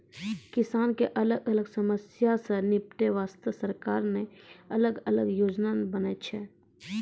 किसान के अलग अलग समस्या सॅ निपटै वास्तॅ सरकार न अलग अलग योजना बनैनॅ छै